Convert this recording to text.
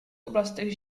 oblastech